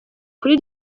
kuri